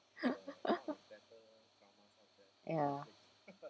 ya